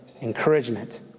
encouragement